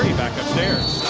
back upstairs.